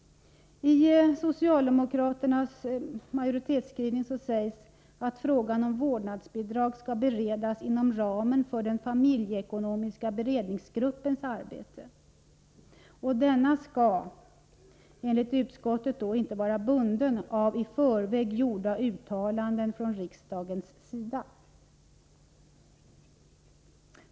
Av socialdemokraternas majoritetsskrivning framgår att frågan om vårdnadsbidrag skall beredas inom ramen för den familjeekonomiska beredningsgruppens arbete. Denna skall, enligt utskottet alltså, inte vara bunden av i förväg gjorda uttalanden från riksdagens sida.